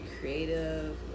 creative